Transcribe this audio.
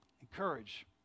Encourage